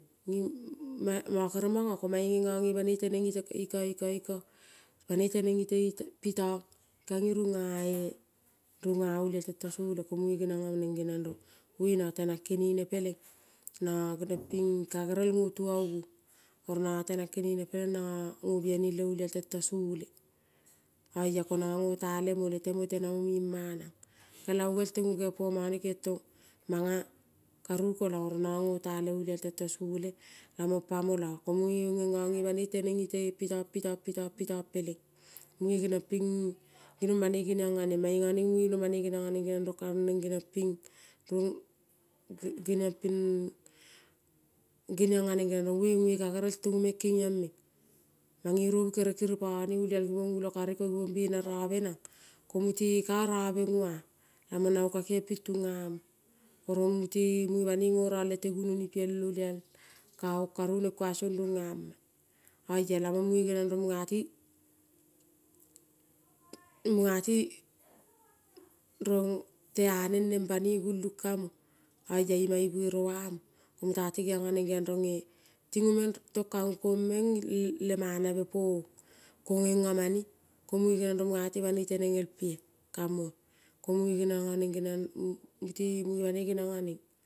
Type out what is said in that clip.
Nging mongo kere mongo ngengong nge bane teneng ite iko iko, iko bane ite ite pitong ningae nenga olial tento sole ko munge, geniong nga neng rong oinang kenene peleng nongo keniong ping kagel ngo tubo uong. Oro nongo tenang kenene peleng nongo ngo bihainim le olial tento sole, oia ko nongo ngota lemo letemote namo ma nang. Kakelango gel tengo kengepomone, keng ong tong manga karu kolong nongo ngota le olial tento sole, lamong pamo lo ko munge ngen gong nge banoi teneng ite pitong pitong, pitong peleng mung geniong ping ginong banoi geniong nga neng munge, ginong banoi geniong nge neng rong ka neng geniong ping ning geniong, ping geniong nga neng rong o-inge kagerel tengo meng kengiong meng. Mange robu kere pone gol ulokari ko gibong bena robe nang, komute karobe lamong na ngo ka kengiong ping tunga mo. Oro mute munge banoi ngorong lete gunoni piel olial kaong karu neng kuang song ningama. Oia lamon munge geniong rong mungati, mungati rong tea neng rong banoi gulung kame oia ima ibuere mo, mute ti geiong nga neng ronge tingo komeng tung tong kaong le manabe, pong ko ngengo mane ko munge geniong rong munga ti banoi teneng elpea kamoea ko munge, ge banoi geniong nga neng mute munge bano geniong nga neng.